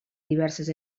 diverses